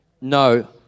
No